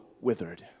withered